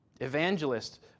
Evangelist